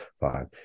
five